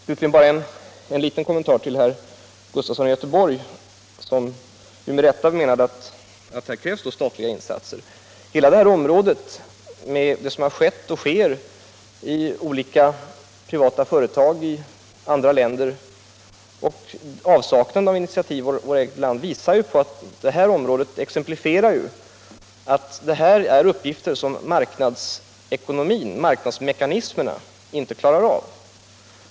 Slutligen en liten kommentar till herr Sven Gustafson i Göteborg, som med rätta menade att här krävs statliga insatser. Det som skett och sker i olika privata företag i andra länder och avsaknaden av initiativ i vårt eget land på det här området exemplifierar att det här är uppgifter som marknadsmekanismerna inte klarar av.